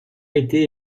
été